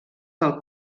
del